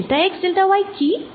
এই delta x delta y কী